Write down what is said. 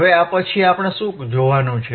હવે આ પછી આપણે શું જોવાનું છે